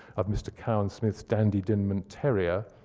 of mr. cowan smith's dandy dinman terrier,